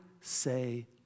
say